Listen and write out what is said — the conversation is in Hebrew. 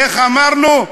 איך אמרנו?